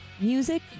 music